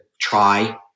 try